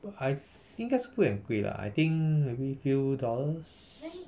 well I th~ 应该是不会很贵 lah I think maybe few dollars